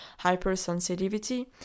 hypersensitivity